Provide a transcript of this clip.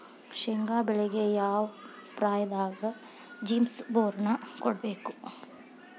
ಶೇಂಗಾ ಬೆಳೆಗೆ ಯಾವ ಪ್ರಾಯದಾಗ ಜಿಪ್ಸಂ ಬೋರಾನ್ ಕೊಡಬೇಕು?